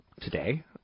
today